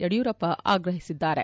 ಯಡಿಯೂರಪ್ಪ ಆಗ್ರಹಿಸಿದ್ದಾರೆ